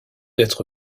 être